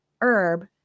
herb